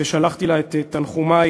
ושלחתי לה את תנחומי